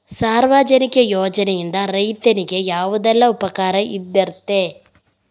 ಸಾರ್ವಜನಿಕ ಯೋಜನೆಯಿಂದ ರೈತನಿಗೆ ಯಾವುದೆಲ್ಲ ಉಪಕಾರ ಇರ್ತದೆ?